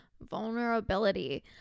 vulnerability